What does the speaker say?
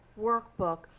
workbook